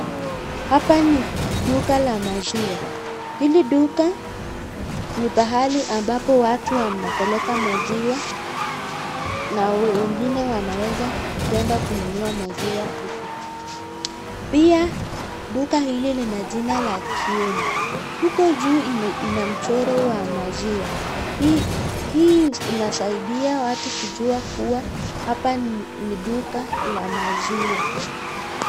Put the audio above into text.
Hapa ni duka la maziwa hili duka ni pahali ambapo watu wanapeleka maziwa na wengine wanaweza kuenda kununua maziwa huku. Pia duka hili lina jina la Kieni huko juu inamchoro wa maziwa .Hii inasaidia watu kujua kuwa hapa ni duka la maziwa.